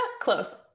Close